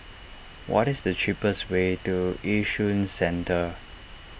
what is the cheapest way to Yishun Central